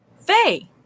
Faye